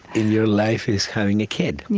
in your life is having a kid.